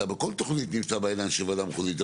אתה בכל תוכנית נמצא בידיים של וועדה מחוזית,